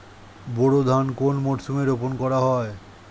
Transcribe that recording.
বোরো ধান কোন মরশুমে রোপণ করা হয়?